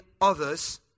others